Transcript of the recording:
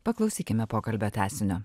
paklausykime pokalbio tęsinio